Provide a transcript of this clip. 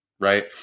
Right